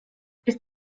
ist